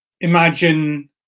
imagine